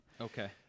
Okay